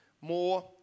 more